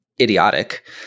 idiotic